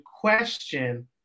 question